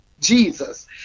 Jesus